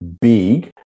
big